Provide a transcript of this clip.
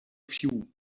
few